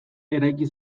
eraiki